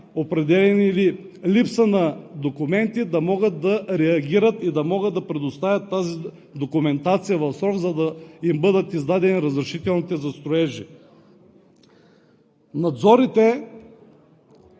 или липса на документи, да могат да реагират и да предоставят тази документация в срок, за да им бъдат издадени разрешителните за строежи. Надзорите